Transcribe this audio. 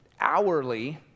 hourly